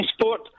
sport